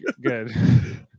good